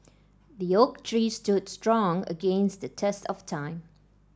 the oak tree stood strong against the test of time